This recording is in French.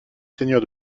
seigneur